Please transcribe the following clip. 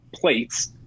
plates